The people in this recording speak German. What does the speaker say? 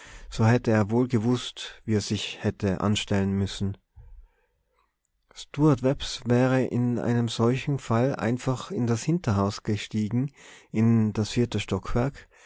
so hätte er wohl gewußt wie er sich hätte anstellen müssen stuart webbs wäre in einem solchen fall einfach in das hinterhaus gestiegen in das vierte stockwerk